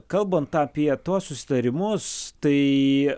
kalbant apie tuos susitarimus tai